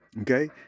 Okay